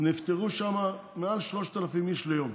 נפטרו שם מעל 3,000 איש ליום,